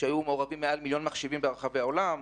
ששמו זאוס היו מעורבים מעל מיליון מחשבים ברחבי העולם,